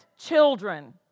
children